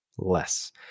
Less